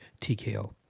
TKO